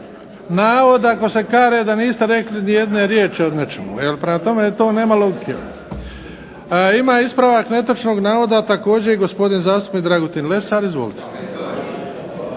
navoda, ako se kaže da niste rekli nijedne riječi o nečemu. Prema tome, to nema logike. Ima ispravak netočnog navoda također gospodin zastupnik Dragutin Lesar. Izvolite.